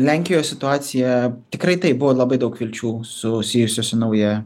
lenkijo situacija tikrai taip buvo labai daug vilčių susijusių su nauja